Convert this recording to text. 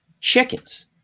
Chickens